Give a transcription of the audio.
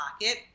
pocket